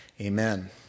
Amen